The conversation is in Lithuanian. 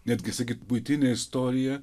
netgi sakyti buitinė istorija